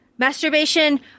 Masturbation